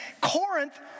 Corinth